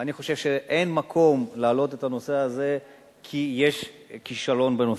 ואני חושב שאין מקום להעלות את הנושא הזה שיש כישלון בנושא.